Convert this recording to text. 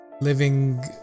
Living